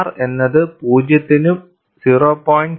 R എന്നത് 0 ത്തിനും 0